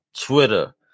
Twitter